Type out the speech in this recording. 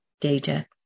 data